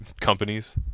companies